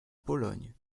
pologne